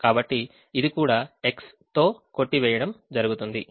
కాబట్టి ఇది కూడా ఎక్స్ తో కొట్టి వేయడం జరుగుతుంది